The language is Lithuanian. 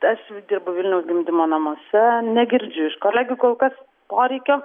aš dirbu vilniaus gimdymo namuose negirdžiu iš kolegių kol kas poreikio